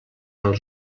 els